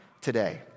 today